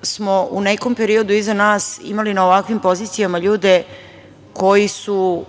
često u nekom periodu iza nas imali na ovakvim pozicijama ljude koji su